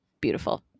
beautiful